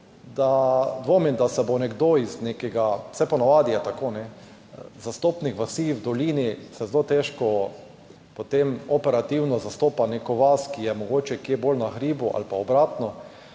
da se bo nekdo iz nekega – vsaj po navadi je tako, da zastopnik vasi v dolini zelo težko potem operativno zastopa neko vas, ki je mogoče kje bolj na hribu, ali pa obratno.